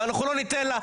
ואנחנו לא ניתן לה,